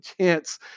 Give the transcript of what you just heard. chance